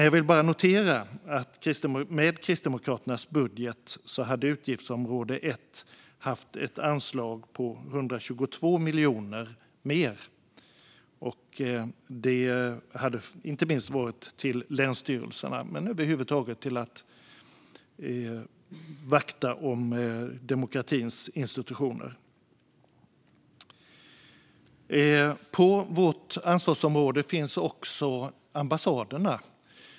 Jag vill bara notera att med Kristdemokraternas budget hade utgiftsområde 1 haft ett anslag på 122 miljoner mer. Det hade inte minst gått till länsstyrelserna, men över huvud taget hade det gått till att vakta demokratins institutioner. Inom vårt ansvarsområde finns också ambassaderna.